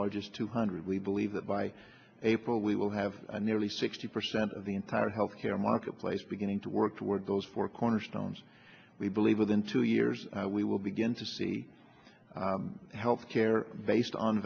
largest two hundred we believe that by april we have a nearly sixty percent of the entire health care marketplace beginning to work toward those four cornerstones we believe within two years we will begin to see health care based on